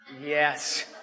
Yes